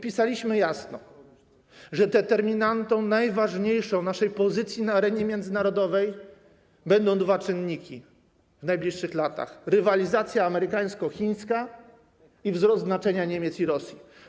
Pisaliśmy jasno, że determinantą najważniejszą naszej pozycji na arenie międzynarodowej będą w najbliższych latach dwa czynniki: rywalizacja amerykańsko-chińska i wzrost znaczenia Niemiec i Rosji.